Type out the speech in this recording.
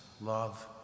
love